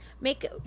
Make